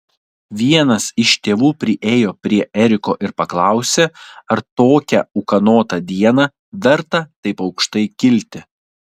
vienas iš tėvų priėjo prie eriko ir paklausė ar tokią ūkanotą dieną verta taip aukštai kilti